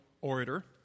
orator